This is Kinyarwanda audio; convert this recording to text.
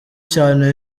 cyane